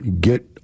Get